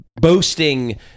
boasting